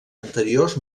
anteriors